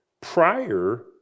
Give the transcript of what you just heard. prior